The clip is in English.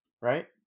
right